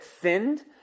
sinned